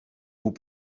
vous